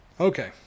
Okay